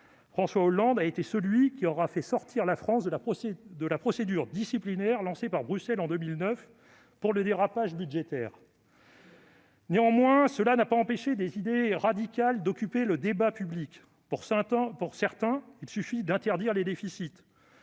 François Hollande a été celui qui aura fait sortir la France de la procédure disciplinaire pour dérapage budgétaire lancée par Bruxelles en 2009. Néanmoins, cela n'a pas empêché des idées radicales d'occuper le débat public. Pour certains, il suffit d'interdire les déficits,